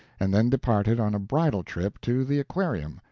and then departed on a bridal trip to the aquarium,